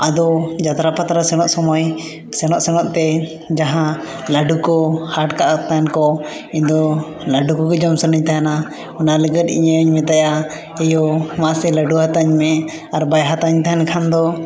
ᱟᱫᱚ ᱡᱟᱛᱨᱟ ᱯᱟᱛᱟ ᱥᱮᱱᱚᱜ ᱥᱚᱢᱚᱭ ᱥᱮᱱᱚᱜ ᱥᱮᱱᱚᱜ ᱛᱮ ᱡᱟᱦᱟᱸ ᱞᱟᱰᱩ ᱠᱚ ᱦᱟᱴ ᱠᱟᱜ ᱟᱱᱛᱟᱦᱮᱱ ᱠᱚ ᱤᱧ ᱫᱚ ᱞᱟᱰᱩ ᱠᱚᱜᱮ ᱡᱚᱢ ᱥᱟᱱᱟᱧ ᱛᱟᱦᱮᱱᱟ ᱚᱱᱟ ᱞᱟᱹᱜᱤᱫ ᱤᱧ ᱟᱭᱳᱧ ᱢᱮᱛᱟᱭᱟ ᱮᱭᱳ ᱱᱚᱣᱟᱥᱮ ᱞᱟᱰᱩ ᱦᱟᱛᱟᱣᱟᱹᱧᱢᱮ ᱟᱨ ᱵᱟᱭ ᱦᱟᱛᱟᱣᱟᱹᱧ ᱛᱟᱦᱮᱱ ᱠᱷᱟᱱ ᱫᱚ